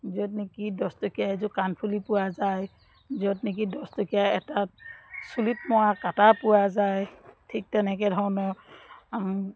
য'ত নেকি দহটকীয়া এযোৰ কাণফুলি পোৱা যায় য'ত নেকি দহটকীয়া এটা চুলিত মৰা কাটা পোৱা যায় ঠিক তেনেকৈ ধৰণৰ